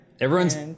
Everyone's